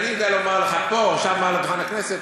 אני יודע לומר לך פה, עכשיו, מעל דוכן הכנסת,